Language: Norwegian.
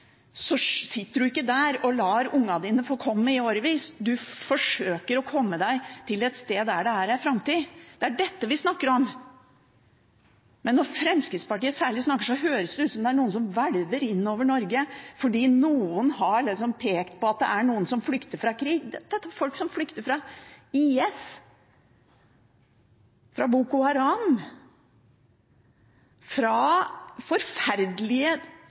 sitter man ikke i årevis og lar ungene forkomme. Man forsøker å komme seg til et sted der det er en framtid. Det er dette vi snakker om. Særlig når noen fra Fremskrittspartiet snakker, høres det ut som om det er noe som hvelver inn over Norge fordi noen har pekt på at noen flykter fra krig. Dette er folk som flykter fa IS, fra Boko Haram, fra forferdelige